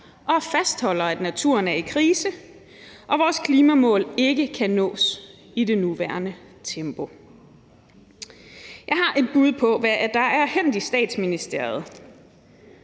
og fastholder, at naturen er i krise og vores klimamål ikke kan nås i det nuværende tempo. Kl. 17:19 Jeg har et bud på, hvad der er hændt i Statsministeriet